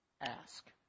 ask